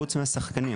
חוץ מהשחקנים.